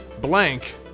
Blank